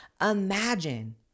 Imagine